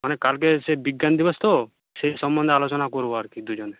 মানে কালকে সে বিজ্ঞান দিবস তো সেই সম্বন্ধে আলোচনা করব আর কি দুজনে